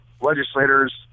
legislators